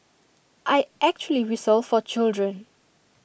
I actually whistle for children